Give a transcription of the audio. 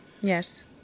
Yes